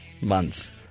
months